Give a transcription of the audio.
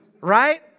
right